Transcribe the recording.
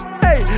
Hey